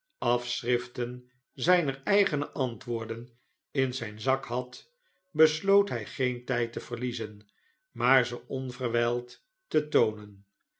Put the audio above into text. afschriften zijner eigene antwoorden in zyn zak had besloot hy geen tijd te verliezen maar ze onverwjjld te toonen